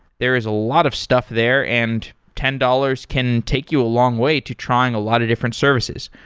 there is a lot of stuff there, and ten dollars can take you a long way to trying a lot of different services.